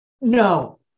No